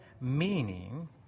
meaning